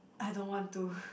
I don't want to